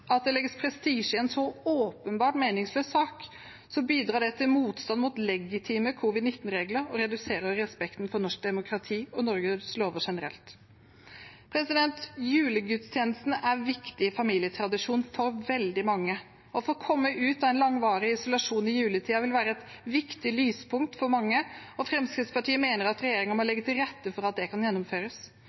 at det legges prestisje i en så åpenbart meningsløs sak, bidrar det til motstand mot legitime covid-19-regler og reduserer respekten for norsk demokrati og Norges lover generelt. Julegudstjenesten er en viktig familietradisjon for veldig mange. Å få komme ut av en langvarig isolasjon i juletiden vil være et viktig lyspunkt for mange, og Fremskrittspartiet mener at regjeringen må legge til rette for at det kan gjennomføres.